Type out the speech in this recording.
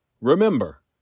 Remember